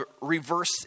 reverse